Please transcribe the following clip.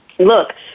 Look